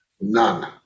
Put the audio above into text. None